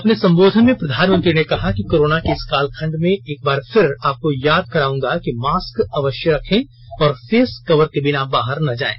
अपने संबोधन में प्रधानमंत्री ने कहा कि कोरोना के इस कालखंड में एक बार फिर आपको याद कराउंगा कि मास्क अवश्य रखें और फेस कवर के बिना बाहर न जाएं